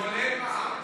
עד 120. כולל מע"מ.